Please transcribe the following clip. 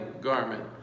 garment